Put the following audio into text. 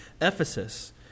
Ephesus